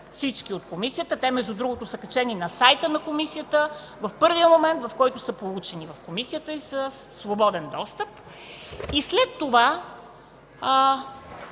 всички от комисията. Те, между другото, са качени на сайта на Комисията в първия момент, в който са получени от Комисията и са със свободен достъп. И след това